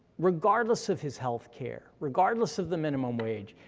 regardless of his healthcare, regardless of the minimum wage.